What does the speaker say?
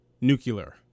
Nuclear